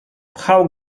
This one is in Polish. pchał